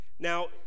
Now